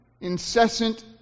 incessant